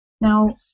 now